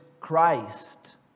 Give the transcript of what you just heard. Christ